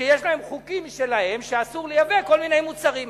שיש להן חוקים משלהן שאסור לייבא כל מיני מוצרים.